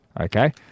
okay